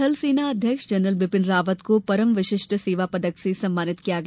थल सेनाध्यरक्ष जनरल बिपिन रावत को परम विशिष्ट सेवा पदक से सम्मानित किया गया